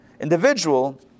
individual